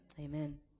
Amen